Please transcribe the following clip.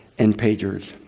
and pagers.